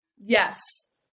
Yes